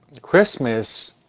Christmas